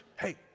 hey